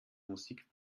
musik